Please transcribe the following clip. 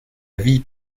vie